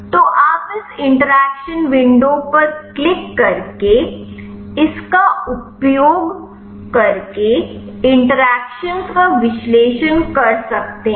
तो आप इस इंटरैक्शन विंडो पर क्लिक करके इसका उपयोग करके इंटरेक्शन्स का विश्लेषण कर सकते हैं